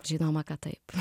žinoma kad taip